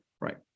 right